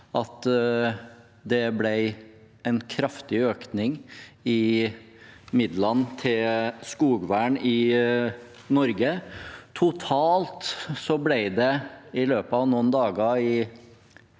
fram en kraftig økning i midlene til skogvern i Norge. Totalt ble det i løpet av noen dager